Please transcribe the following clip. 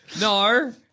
No